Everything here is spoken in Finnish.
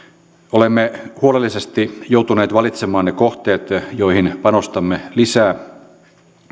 olemme huolellisesti joutuneet valitsemaan ne kohteet joihin panostamme lisää